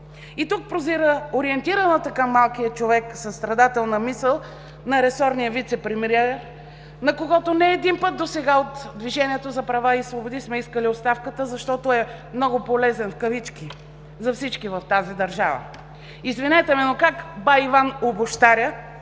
Тук прозира ориентираната към малкия човек състрадателна мисъл на ресорния вицепремиер, на когото не един път досега от „Движението за права и свободи“ сме искали оставката, защото е много „полезен“ за всички в тази държава. Извинете ме, но как бай Иван – обущарят,